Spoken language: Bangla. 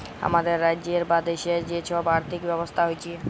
হামাদের রাজ্যের বা দ্যাশের যে সব আর্থিক ব্যবস্থা হচ্যে